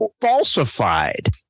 falsified